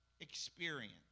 experience